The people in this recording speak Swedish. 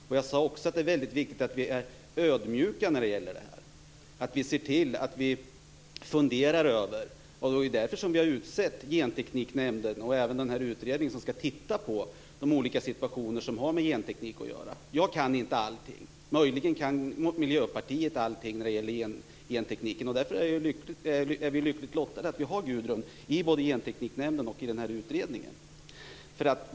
Jag sade också att det är väldigt viktigt att vi är ödmjuka, att vi noga funderar. Det är därför som Gentekniknämnden har tillsatts och även den utredning som skall titta på olika situationer som har med genteknik att göra. Jag kan inte allting. Möjligen kan Miljöpartiet allt om genteknik. Därför är vi lyckligt lottade som har Gudrun Lindvall i både Gentekniknämnden och utredningen.